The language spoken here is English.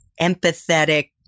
empathetic